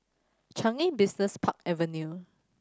Changi Business Park Avenue